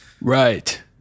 right